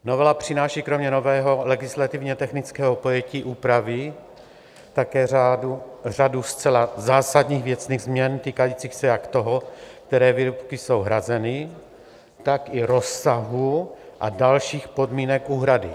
Novela přináší kromě nového legislativně technického pojetí úpravy také řadu zcela zásadních věcných změn týkajících se jak toho, které výrobky jsou hrazeny, tak i rozsahu a dalších podmínek úhrady.